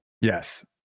yes